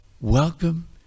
Welcome